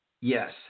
Yes